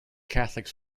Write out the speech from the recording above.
catholic